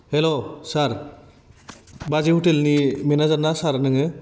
hello sir बाजै हटेलनि manager ना सार नोङो